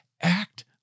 act